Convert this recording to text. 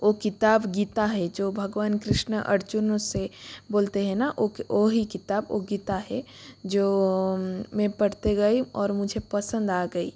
ओ किताब गीता है जो भगवान कृष्ण अर्जुन से बोलते हैं ना ओ कि ओ ही किताब ओ गीता है जो मैं पढ़ती गई और मुझे पसंद आ गई